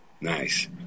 Nice